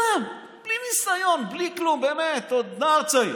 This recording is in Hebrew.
אתה בלי ניסיון, בלי כלום, באמת, עוד נער צעיר.